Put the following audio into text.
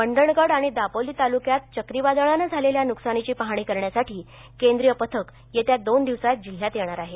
मंडणगड आणि दापोली तालुक्यात चक्रीवादळानं झालेल्या नुकसानीची पाहणी करण्यासाठी केंद्रीय पथक येत्या दोन दिवसांत जिल्ह्यात येणार आहे